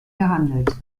gehandelt